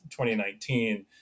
2019